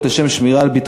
(הגברת